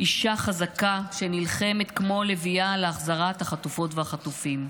אישה חזקה שנלחמת כמו לביאה להחזרת החטופות והחטופים.